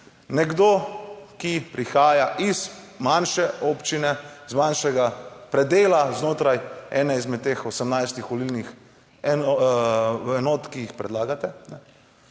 nekdo, ki prihaja iz manjše občine, z manjšega predela znotraj ene izmed teh 18 volilnih enot, ki jih predlagate,